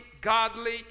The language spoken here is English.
godly